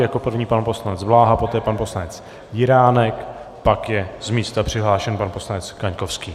Jako první pan poslanec Bláha, poté pan poslanec Jiránek, pak je z místa přihlášen pan poslanec Kaňkovský.